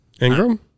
Ingram